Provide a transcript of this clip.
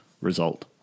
result